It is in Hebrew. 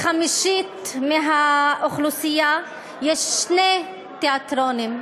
לחמישית מהאוכלוסייה יש שני תיאטראות.